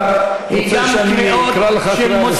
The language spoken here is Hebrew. אתה רוצה שאני אקרא אותך לסדר?